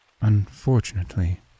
Unfortunately